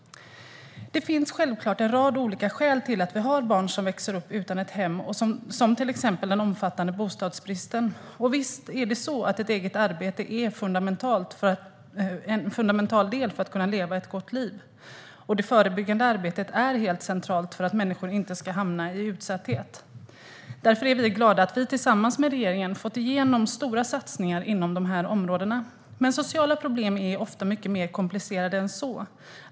Det finns självklart en rad olika skäl till att vi har barn som växer upp utan ett hem, till exempel den omfattande bostadsbristen. Och visst är ett eget arbete en fundamental del för att kunna leva ett gott liv och det förebyggande arbetet helt centralt för att människor inte ska hamna i utsatthet. Därför är vi glada att vi tillsammans med regeringen har fått igenom stora satsningar inom de här områdena. Men sociala problem är ofta mycket mer komplicerade än så.